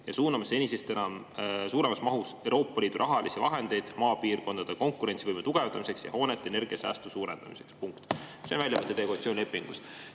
ja suuname senisest suuremas mahus Euroopa Liidu rahalisi vahendeid maapiirkondade konkurentsivõime tugevdamiseks ja hoonete energiasäästu suurendamiseks." See on väljavõte teie koalitsioonilepingust.